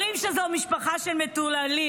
אומרים שזו משפחה של מטורללים,